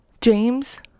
James